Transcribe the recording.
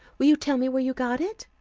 will you tell me where you got it?